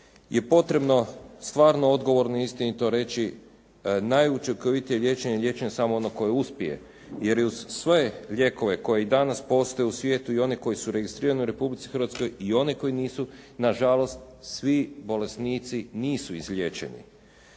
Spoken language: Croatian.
je potrebno stvarno odgovorno i istinito reći, najučinkovitije liječenje je samo ono koje uspije. Jer je uz sve lijekove koji i danas postoje u svijetu i oni koji su registrirani u Republici Hrvatskoj i oni koji nisu, nažalost svi bolesnici nisu izliječeni.